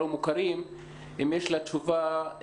נשמע את מיכל מנקס,